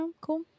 cool